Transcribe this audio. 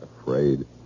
afraid